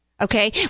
Okay